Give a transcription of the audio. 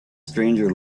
stranger